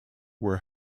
were